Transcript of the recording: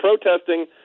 protesting